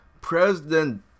President